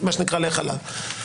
לך עליו,